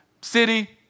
city